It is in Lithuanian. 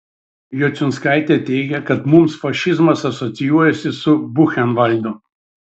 jociunskaitė teigė kad mums fašizmas asocijuojasi su buchenvaldu